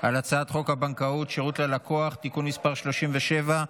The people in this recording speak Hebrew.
על הצעת חוק הבנקאות (שירות ללקוח) (תיקון מס' 37),